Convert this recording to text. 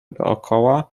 dokoła